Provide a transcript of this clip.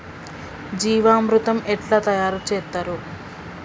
జీవామృతం ఎట్లా తయారు చేత్తరు?